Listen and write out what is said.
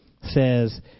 says